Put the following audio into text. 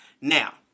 Now